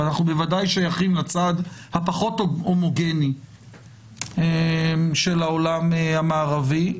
אנחנו בוודאי שייכים לצד הפחות הומוגני של העולם המערבי.